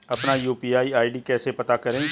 अपना UPI ID कैसे पता करें?